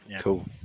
Cool